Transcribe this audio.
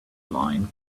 lion